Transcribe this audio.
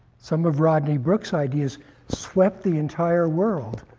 some of rodney brooks's ideas swept the entire world,